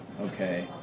Okay